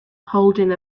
holding